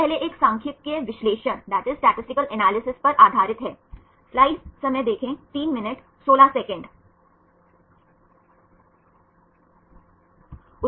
तो माध्यमिक संरचनाओं से आपका क्या मतलब है